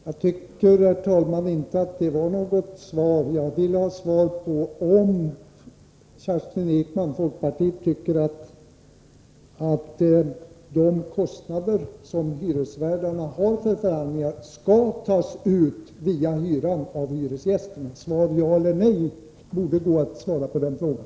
Herr talman! Jag tycker inte att det var något svar. Jag vill ha svar på om Kerstin Ekman och folkpartiet tycker att de kostnader som hyresvärdarna har för förhandlingarna skall tas ut av hyresgästerna via hyran. Det borde gå att svara ja eller nej på den frågan.